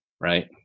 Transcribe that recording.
right